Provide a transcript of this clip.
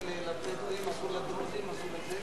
אדוני.